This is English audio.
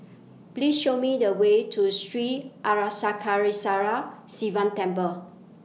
Please Show Me The Way to Sri Arasakesari Sivan Temple